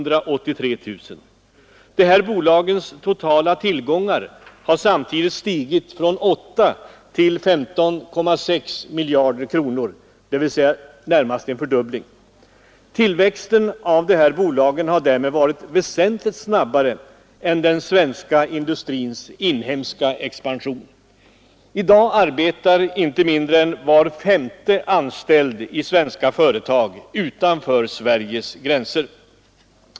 Dessa bolags totala tillgångar har samtidigt stigit från 8 miljarder till 15,6 miljarder kronor, dvs. i det närmaste en fördubbling. Tillväxten av dessa bolag har därmed varit väsentligt snabbare än den svenska industrins inhemska expansion. I dag arbetar inte mindre än var femte anställd i svenska företag utanför Sveriges gränser.